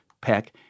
Peck